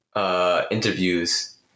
interviews